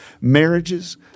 Marriages